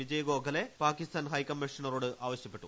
വിജയ് ഗോഖലെ പാക്കിസ്ഥാൻ ഹൈക്കമ്മീഷണറോട് ആവശ്യപ്പെട്ടു